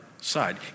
side